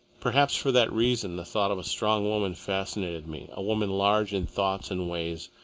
perhaps for that reason the thought of a strong woman fascinated me, a woman large in thoughts and ways,